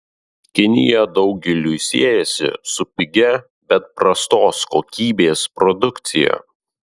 kinija daugeliui siejasi su pigia bet prastos kokybės produkcija